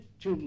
Two